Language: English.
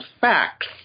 facts